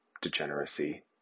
degeneracy